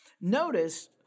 Notice